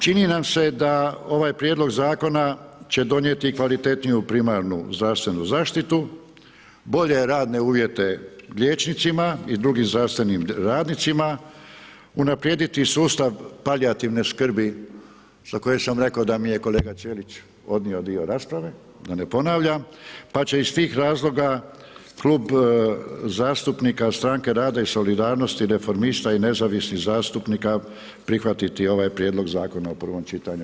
Čini nam se da ovaj prijedlog zakona će donijeti kvalitetniju primarnu zdravstvenu zaštitu, bolje radne uvjete liječnicima i drugim zdravstvenim radnicima, unaprijediti sustav palijativne skrbi za koju sam rekao da mi je kolega Ćelić odnio dio rasprave, da ne ponavljam, pa će iz tih razloga Klub zastupnika Strane rada i solidarnosti, Reformista i nezavisnih zastupnika prihvatiti ovaj prijedlog zakona u prvom čitanju.